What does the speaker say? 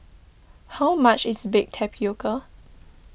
how much is Baked Tapioca